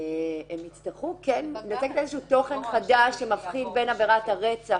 הם יצטרכו כן לצקת איזשהו תוכן חדש שמבחין בין עבירת הרצח,